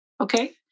Okay